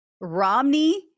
Romney